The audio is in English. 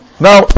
Now